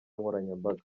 nkoranyambaga